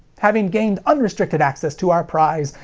having gained unrestricted access to our prize,